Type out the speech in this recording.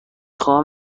خواهم